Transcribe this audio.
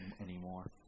anymore